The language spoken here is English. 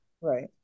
Right